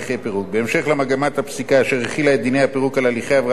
בהמשך למגמת הפסיקה אשר החילה את דיני הפירוק על הליכי הבראת חברות,